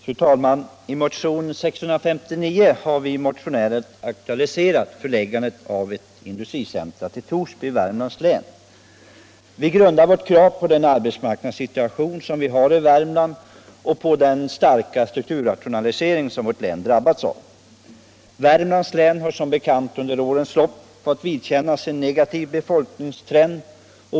Fru talman! I motionen 659 har vi motionärer aktualiserat förläggandet av ett industricentrum till Torsby i Värmlands län. Vi grundar vårt krav på den arbetsmarknadssituation som vi har i Värmland och på den starka strukturrationalisering som vårt län drabbats av. Värmlands län har som bekant under de senaste åren fått vidkännas en negativ befolkningstrend.